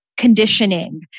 conditioning